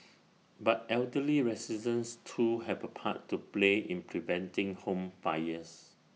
but elderly residents too have A part to play in preventing home fires